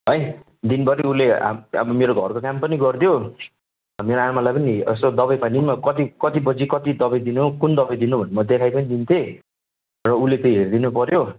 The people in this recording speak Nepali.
है दिनभरि उसले आ अब मेरो घरको काम पनि गरिदियोस् मेरो आमालाई पनि यसो दबाईपानी पनि अब कति कति बजी कति दबाई दिने हो कुन दबाई दिने हो म देखाई पनि दिन्थेँ र उसले त्यही हेरिदिनुपऱ्यो